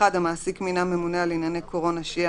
המעסיק מינה ממונה על ענייני קורונה שיהיה